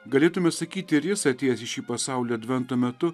galėtume sakyti ir jis atėjęs į šį pasaulį advento metu